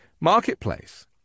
marketplace